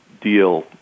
deal